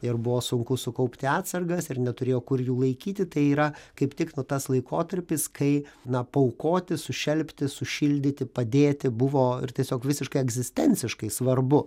ir buvo sunku sukaupti atsargas ir neturėjo kur jų laikyti tai yra kaip tik tas laikotarpis kai na paaukoti sušelpti sušildyti padėti buvo ir tiesiog visiškai egzistenciškai svarbu